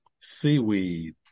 seaweed